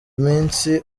minsi